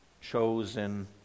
chosen